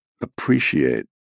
appreciate